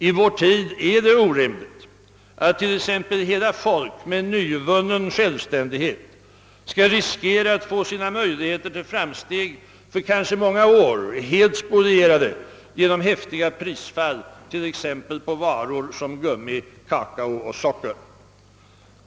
I vår tid är det orimligt att t.ex. hela folk med nyvunnen självständighet skall riskera att få sina möjligheter till framsteg för kanske många år helt spolierade genom häftiga prisfall, exempelvis på varor som gummi, kakao och socker.